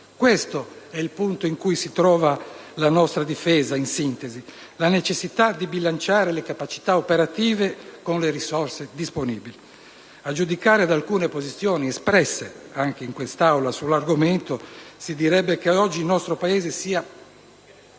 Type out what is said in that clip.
Questo è il punto in cui si trova la nostra Difesa in sintesi: la necessità di bilanciare le capacità operative con le risorse disponibili. A giudicare da alcune posizioni espresse anche in quest'Aula sull'argomento, si direbbe che oggi il nostro Paese stia